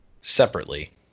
separately